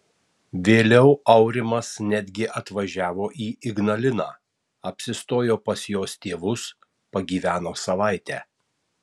vėliau aurimas netgi atvažiavo į ignaliną apsistojo pas jos tėvus pagyveno savaitę